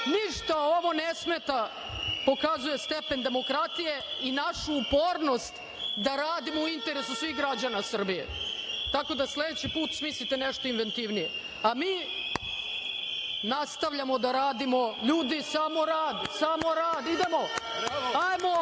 ovo ne smeta. Pokazuje stepen demokratije i našu upornost da radimo u interesu svih građana Srbije, tako da sledeći put smislite nešto inventivnije, a mi nastavljamo da radimo. Ljudi, samo rad. Samo rad. Idemo.